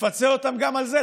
תפצה אותם גם על זה.